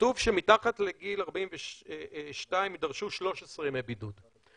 כתוב שמתחת לגיל 42 יידרשו 13 ימי בידוד.